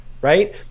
Right